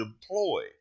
deploy